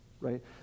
Right